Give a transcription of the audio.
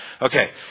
Okay